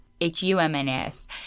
H-U-M-N-S